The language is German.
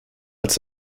als